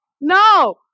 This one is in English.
No